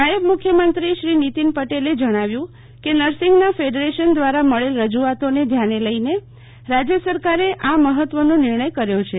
નાયબ મુખ્યમંત્રીશ્રી નીતિનભાઈ પટેલે જણાવ્યુ કે નર્સિંગના ફેડરેશન દ્વારા મળેલ રજુઆતોને ધ્યાને લઈને રાજ્યની સરકારે આ મહત્વનો નિર્ણય કર્યો છે